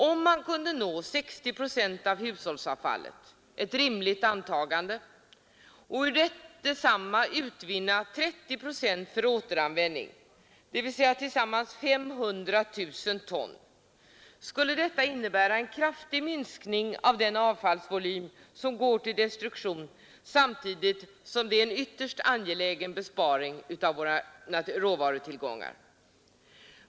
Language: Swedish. Om man kunde nå 60 procent av hushållsavfallet — ett rimligt antagande — och ur detsamma utvinna 30 procent för återanvändning, dvs. tillsammans 500 000 ton, skulle detta innebära en kraftig minskning av den avfallsvolym som går till destruktion samtidigt som en ytterst angelägen besparing skulle ske av våra råvarutillgångar.